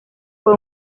fue